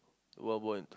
wild boar